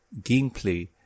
gameplay